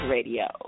Radio